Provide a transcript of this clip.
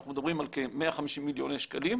אנחנו מדברים על כ-150 מיליוני שקלים,